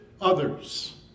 others